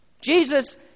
Jesus